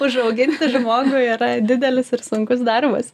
užauginti žmogų yra didelis ir sunkus darbas